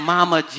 Mama